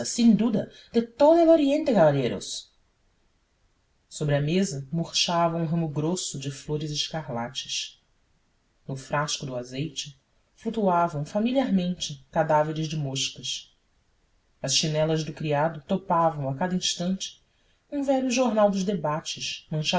oriente caballeros sobre a mesa murchava um ramo grosso de flores escarlates no frasco do azeite flutuavam familiarmente cadáveres de moscas as chinelas do criado topavam a cada instante um velho jornal dos debates